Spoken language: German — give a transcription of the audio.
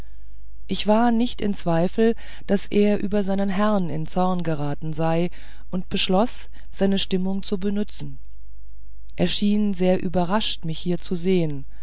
ich war nicht in zweifel daß er über seinen herrn in zorn geraten sei und beschloß seine stimmung zu benützen er schien sehr überrascht mich hier zu sehen